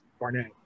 Barnett